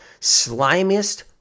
slimiest